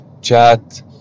chat